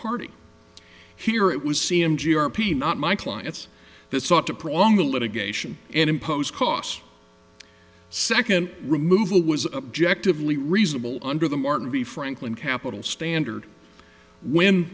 party here it was c m g r p not my clients that sought to prolong the litigation and impose costs second removal was objective lee reasonable under the martin b franklin capital standard when